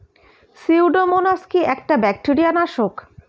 Pseudomonas কি একটা bacteria নাশক?